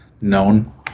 known